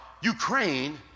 Ukraine